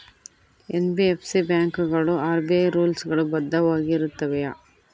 NBFC ಬ್ಯಾಂಕುಗಳು RBI rules ಗಳು ಬದ್ಧವಾಗಿ ಇರುತ್ತವೆಯ?